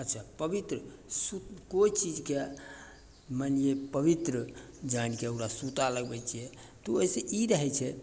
अच्छा पवित्र सुत कोइ चीजके मानि लिअ पवित्र जानिके ओकरा सुता लगबय छियै तऽ ओइसँ ई रहय छै